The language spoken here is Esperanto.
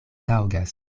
taŭgas